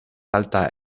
alta